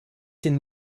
den